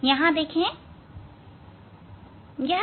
हाँ मैं कर सकता हूं आप यहां देखें